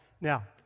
Now